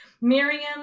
Miriam